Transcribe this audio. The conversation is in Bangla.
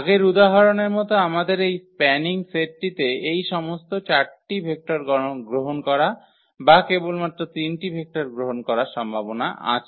আগের উদাহরণের মতো আমাদের এই স্প্যানিং সেটটিতে এই সমস্ত 4 টি ভেক্টর গ্রহণ করা বা কেবলমাত্র 3 টি ভেক্টর গ্রহণ করার সম্ভাবনা আছে